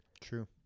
True